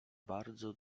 bardzo